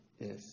Yes